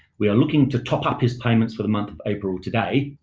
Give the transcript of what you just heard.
we are looking to top up his payments for the month of april today,